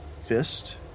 fist